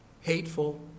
Hateful